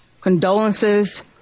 condolences